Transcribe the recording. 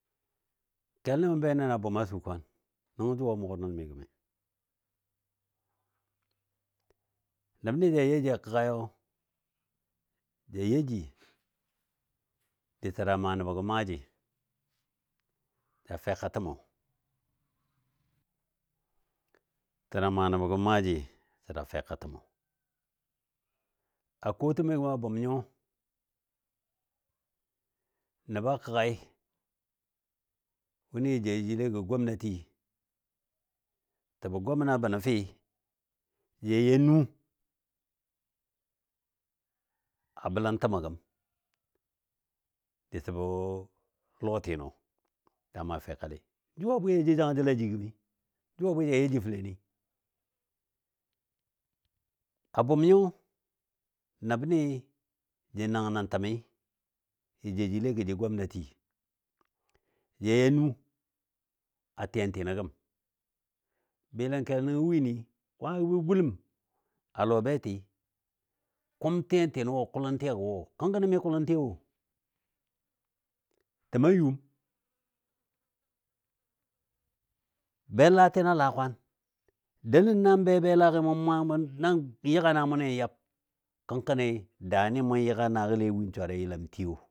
Kelni mʊ be nəni a bʊm a su kwaan, nəngɔ jʊ a mʊgɔ nəl məndi gəmi. Nəbni ja yaji a kəgayo ja yaji disə da maa nəb gəm maaji da feka təmɔ, təda maa nəbɔ gəm maaji da feka təmɔ. A kotəm mi gəmiyo a bʊm nyo nəba kəgai wʊnɨ da joujile gɔ gomnati təbə gomna bəno fəi ja ya nu a bələn təmɔ gəm disə bə lɔtintɔ ja maa fekalɨ, jʊ a bwɨ ja yaji ja jou jangajəl a ji gəmi, jʊ a bwɨ ja yaji fələni. A bʊm nyo nəbni ja nəngno təmi jə jou jile gɔ jə gomnati ja ya nu a tiyantinɔ gəm, bɨləngkel nəngɔ wini, kwangagɔ bə gunəm a lɔ beti kʊm tiyantinɔ wo kʊlən tiyantinɔ wo kəngkɔni mi kʊlən tiya wo. Təma yum, belatina laa kwaan, delən nən be belagi mʊ maa nan yaga naa mʊni yab. Kəngkɔni daani mʊ yaga naagəle win swari a yəlam tiyo